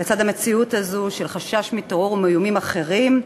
לצד המציאות הזאת של חשש מטרור ומאיומים אחרים,